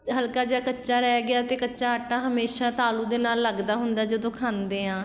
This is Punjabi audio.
ਹਲਕਾ ਜਿਹਾ ਕੱਚਾ ਰਹਿ ਗਿਆ ਅਤੇ ਕੱਚਾ ਆਟਾ ਹਮੇਸ਼ਾ ਤਾਲੂ ਦੇ ਨਾਲ ਲੱਗਦਾ ਹੁੰਦਾ ਜਦੋਂ ਖਾਂਦੇ ਹਾਂ